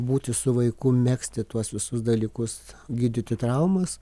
būti su vaiku megzti tuos visus dalykus gydyti traumas